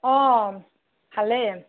অঁ ভালেই